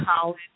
college